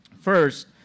First